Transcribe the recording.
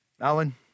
Alan